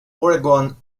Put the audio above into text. oregon